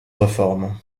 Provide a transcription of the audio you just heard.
reforme